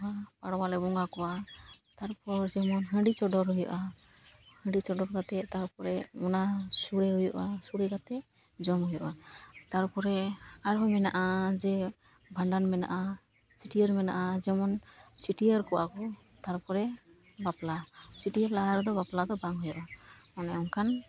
ᱟᱲᱣᱟᱞᱮ ᱵᱚᱸᱜᱟ ᱠᱚᱣᱟ ᱛᱟᱨᱯᱚᱨ ᱡᱮᱢᱚᱱ ᱦᱟᱺᱰᱤ ᱪᱚᱰᱚᱨ ᱦᱩᱭᱩᱜᱼᱟ ᱦᱟᱺᱰᱤ ᱪᱚᱰᱚᱨ ᱠᱟᱛᱮ ᱛᱟᱨᱯᱚᱨᱮ ᱚᱱᱟ ᱥᱚᱲᱮ ᱦᱩᱭᱩᱜᱼᱟ ᱥᱚᱲᱮ ᱠᱟᱛᱮ ᱡᱚᱢ ᱦᱩᱭᱩᱜᱼᱟ ᱛᱟᱨᱯᱚᱨᱮ ᱟᱨᱦᱚᱸ ᱢᱮᱱᱟᱜᱼᱟ ᱡᱮ ᱵᱷᱟᱸᱰᱟᱱ ᱢᱮᱱᱟᱜᱼᱟ ᱪᱟᱹᱴᱭᱟᱹᱨ ᱢᱮᱱᱟᱜᱼᱟ ᱡᱮᱢᱚᱱ ᱪᱟᱹᱴᱭᱟᱹᱨ ᱠᱚᱜᱼᱟ ᱠᱚ ᱛᱟᱨᱯᱚᱨᱮ ᱵᱟᱯᱞᱟ ᱪᱟᱹᱴᱭᱟᱹᱨ ᱞᱟᱦᱟ ᱨᱮᱫᱚ ᱵᱟᱯᱞᱟ ᱫᱚ ᱵᱟᱝ ᱦᱩᱭᱩᱜᱼᱟ ᱢᱟᱱᱮ ᱚᱱᱠᱟᱱ